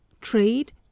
trade